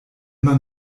man